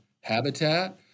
habitat